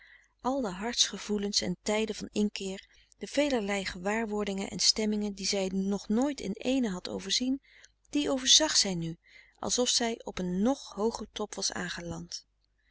al de harts gevoelens en tijden van inkeer de velerlei gewaarwordingen en stemmingen die zij nog nooit in éénen had overzien die overzag zij nu alsof zij op een nog hooger top was aangeland